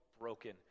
broken